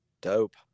Dope